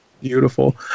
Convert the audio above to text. Beautiful